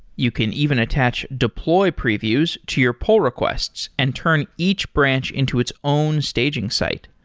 you can even attach deploy previews to your poll requests and turn each branch into its own staging site.